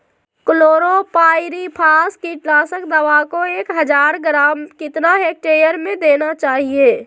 Chlorpyrifos कीटनाशक दवा को एक हज़ार ग्राम कितना हेक्टेयर में देना चाहिए?